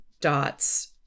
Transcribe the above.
dots